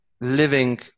living